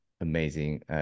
amazing